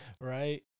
Right